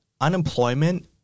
unemployment